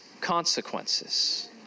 consequences